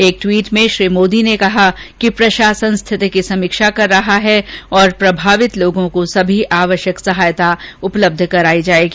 एक ट्वीट में श्री मोदी ने कहा कि प्रशासन स्थिति की समीक्षा कर रहा है और प्रभावित लोगों को सभी आवश्यक सहायता उपलब्ध कराई जाएगी